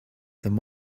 them